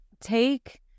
take